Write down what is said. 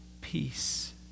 peace